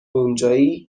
اونجایی